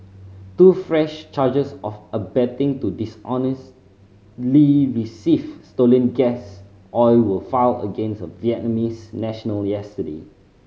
two fresh charges of abetting to dishonestly receive stolen gas oil were filed against a Vietnamese national yesterday